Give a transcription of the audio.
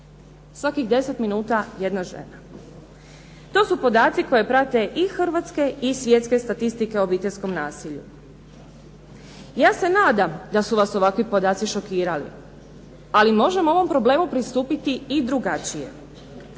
od strane muškaraca. To su podaci koje prate i hrvatske i svjetske statistike o obiteljskom nasilju. Ja se nadam da su vas ovakvi podaci šokirali ali možemo ovom problemu pristupiti i drugačije.